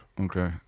Okay